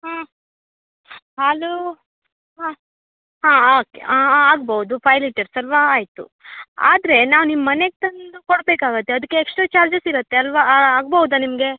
ಹಾಂ ಹಾಲು ಹಾಂ ಹಾಂ ಓಕೆ ಹಾಂ ಹಾಂ ಆಗ್ಬೋದು ಫೈವ್ ಲೀಟರ್ಸ್ ಅಲ್ವಾ ಆಯಿತು ಆದರೆ ನಾವು ನಿಮ್ಮ ಮನೆಗೆ ತಂದು ಕೊಡ್ಬೇಕಾಗುತ್ತೆ ಅದಕ್ಕೆ ಎಕ್ಸ್ಟ್ರಾ ಚಾರ್ಜಸ್ ಇರುತ್ತೆ ಅಲ್ವಾ ಆಗ್ಬೋದಾ ನಿಮಗೆ